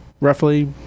roughly